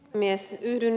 yhdyn ed